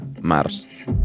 Mars